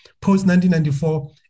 post-1994